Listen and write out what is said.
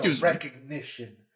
recognition